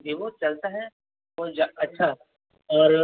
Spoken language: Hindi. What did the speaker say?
विवो चलता है बहुत ज्या अच्छा और